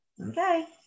Okay